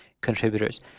contributors